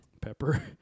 Pepper